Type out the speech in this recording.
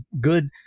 good